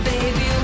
Baby